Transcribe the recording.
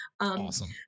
awesome